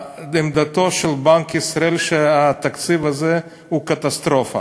עמדתו של בנק ישראל היא שהתקציב הזה הוא קטסטרופה.